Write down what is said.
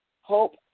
Hope